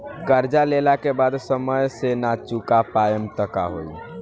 कर्जा लेला के बाद समय से ना चुका पाएम त का होई?